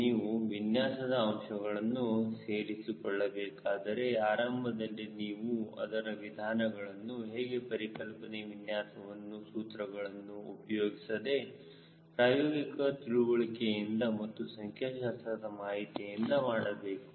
ನೀವು ವಿನ್ಯಾಸದ ಅಂಶಗಳನ್ನು ಸೇರಿಸಿ ಕೊಳ್ಳಬೇಕಾದರೆ ಆರಂಭದಲ್ಲಿ ನೀವು ಅದರ ವಿಧಾನಗಳನ್ನು ಹೇಗೆ ಪರಿಕಲ್ಪನೆ ವಿನ್ಯಾಸವನ್ನು ಸೂತ್ರಗಳನ್ನು ಉಪಯೋಗಿಸದೆ ಪ್ರಾಯೋಗಿಕ ತಿಳುವಳಿಕೆಯಿಂದ ಮತ್ತು ಸಂಖ್ಯಾಶಾಸ್ತ್ರದ ಮಾಹಿತಿಯಿಂದ ಮಾಡಬಹುದು